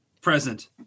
present